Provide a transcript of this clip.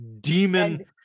demon